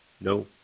No